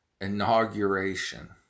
inauguration